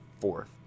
fourth